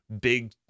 big